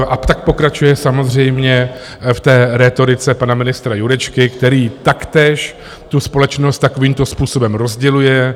A tak pokračuje samozřejmě v té rétorice pana ministra Jurečky, který taktéž tu společnost takovýmto způsobem rozděluje.